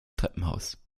treppenhaus